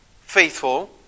faithful